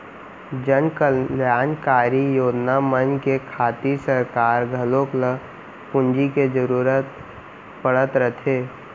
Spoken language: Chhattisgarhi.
जनकल्यानकारी योजना मन के खातिर सरकार घलौक ल पूंजी के जरूरत पड़त रथे